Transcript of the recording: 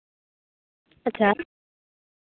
ᱟᱪᱪᱷᱟ